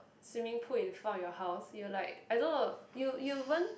swimming pool in front of your house you'll like I don't know you you won't